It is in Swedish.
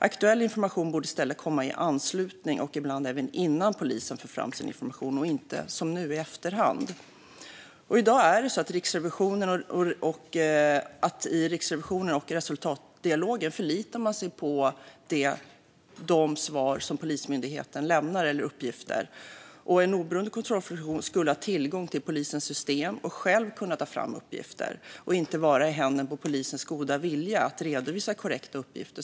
Aktuell information borde i stället komma i anslutning till att polisen för fram sin information, ibland även innan, och inte som nu i efterhand. I dag förlitar man sig i Riksrevisionen och i resultatdialogen på de svar och uppgifter som Polismyndigheten lämnar. En oberoende kontrollfunktion skulle ha tillgång till polisens system och själv kunna ta fram uppgifter och inte vara i händerna på polisens goda vilja att redovisa korrekta uppgifter.